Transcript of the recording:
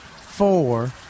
four